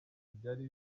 byari